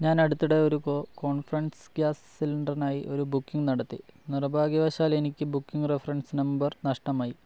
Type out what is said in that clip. ഞാൻ അടുത്തിടെ ഒരു കോൺഫിഡൻസ് ഗ്യാസ് സിലിണ്ടറിനായി ഒരു ബുക്കിംഗ് നടത്തി നിർഭാഗ്യവശാൽ എനിക്ക് ബുക്കിംഗ് റഫറൻസ് നമ്പർ നഷ്ടമായി